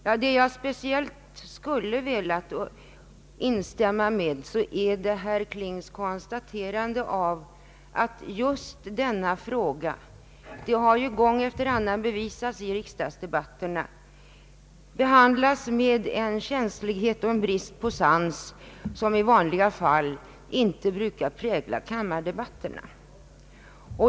Vad jag speciellt vill instämma i är herr Klings konstaterande av att just denna fråga — det har ju gång efter annan bevisats i riksdagsdebatterna — behandlas med en känslighet och en brist på sans som i vanliga fall inte brukar prägla kammardebatterna.